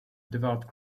devout